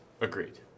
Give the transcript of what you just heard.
Agreed